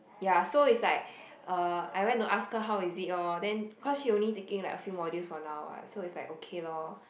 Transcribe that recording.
ya so it's like uh I went to ask how is it orh then cause she only taking like a few modules for now what so is like okay lor